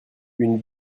une